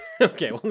Okay